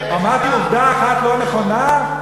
אמרתי עובדה אחת לא נכונה?